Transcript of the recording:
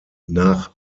nach